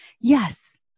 yes